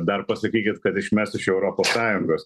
dar pasakykit kad išmes iš europos sąjungos